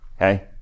Okay